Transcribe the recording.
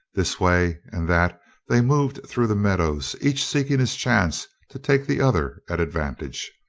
this way and that they moved through the meadows, each seeking his chance to take the other at advantage.